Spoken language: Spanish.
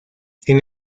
sin